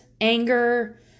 anger